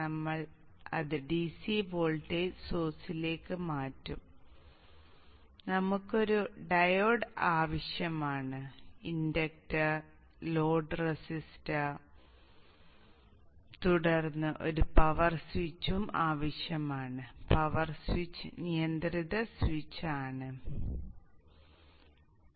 നമ്മൾ അത് DC voltage സോഴ്സിലേക്ക് മാറ്റും നമുക്ക് ഡയോഡ് ആവശ്യമാണ് ഒരു ഇൻഡക്റ്റർ ആവശ്യമാണ് ലോഡിന് റെസിസ്റ്റർ ആവശ്യമാണ് തുടർന്ന് നമുക്ക് ഒരു പവർ സ്വിച്ച് ആവശ്യമാണ് പവർ സ്വിച്ച് നിയന്ത്രിത സ്വിച്ച് ആവശ്യമാണ്